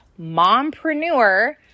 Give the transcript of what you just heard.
mompreneur